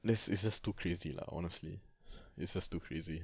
this is just too crazy lah honestly it's just too crazy